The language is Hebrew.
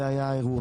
זה היה האירוע.